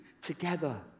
together